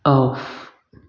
off